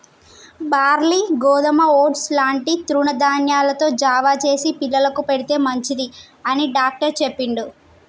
barley గోధుమ oats లాంటి తృణ ధాన్యాలతో జావ చేసి పిల్లలకు పెడితే మంచిది అని డాక్టర్ చెప్పిండు